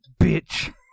bitch